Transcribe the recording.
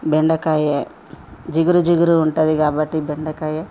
బెండకాయ జిగురు జిగురు ఉంటుంది కాబట్టి బెండకాయ